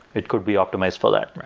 it could be optimized for that.